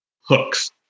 hooks